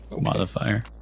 modifier